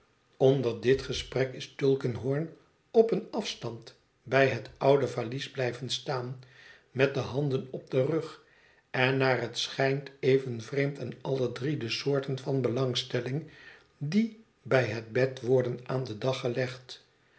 onder dit gesprek is tulkinghorn op een afstand bij het oude valies blijven staan met de handen op den rug en naar het schijnt even vreemd aan alle drie de soorten van belangstelling die bij het bed worden aan den dag gelegd